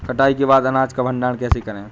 कटाई के बाद अनाज का भंडारण कैसे करें?